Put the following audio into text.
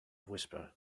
whisper